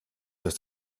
dass